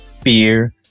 fear